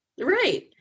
Right